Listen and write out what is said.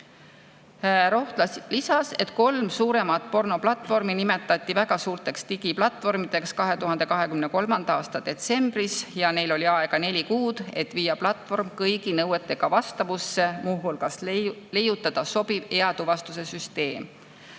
Rohtla lisas, et kolm suuremat pornoplatvormi nimetati väga suurteks digiplatvormideks 2023. aasta detsembris ja neil oli siis neli kuud aega, et viia platvorm kõigi nõuetega vastavusse, muu hulgas leiutada sobiv eatuvastuse süsteem.